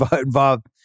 involved